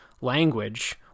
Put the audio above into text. language